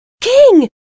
King